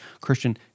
Christian